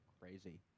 crazy